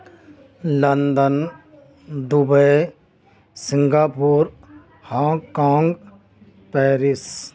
London Dubai Singapore Hong Kong Paris